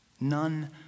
None